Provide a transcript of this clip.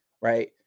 right